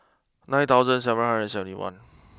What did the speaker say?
nine thousand seven hundred and seventy one